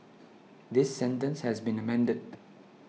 this sentence has been amended